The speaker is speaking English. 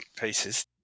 pieces